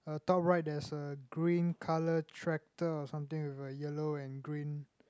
uh top right there's a green colour tractor or something with a yellow and green